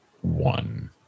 one